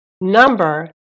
number